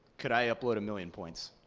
could i upload a million points?